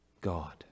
God